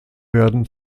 werden